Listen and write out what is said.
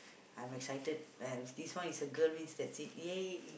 I'm excited and this one is a girl means that's it !yay!